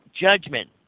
judgment